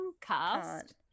cast